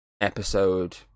episode